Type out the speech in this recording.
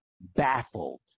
baffled